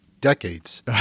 decades